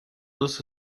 this